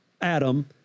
Adam